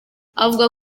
avuga